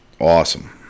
Awesome